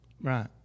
Right